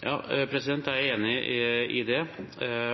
Jeg er enig i det,